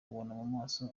maso